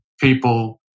people